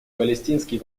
палестинский